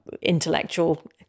intellectual